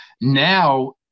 Now